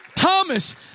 Thomas